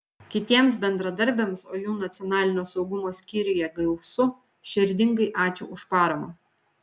kitiems bendradarbiams o jų nacionalinio saugumo skyriuje gausu širdingai ačiū už paramą